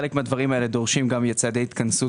חלק מהדברים האלה דורשים גם צעדי התכנסות